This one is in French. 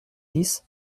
dix